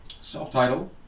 self-titled